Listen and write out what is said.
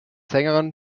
sängerin